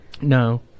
No